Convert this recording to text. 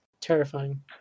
terrifying